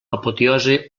apoteosi